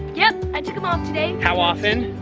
yep, i took them off today. how often?